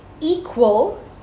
equal